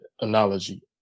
analogy